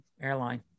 airline